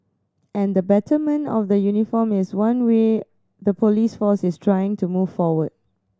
and the betterment of the uniform is one way the police force is trying to move forward